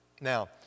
Now